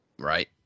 Right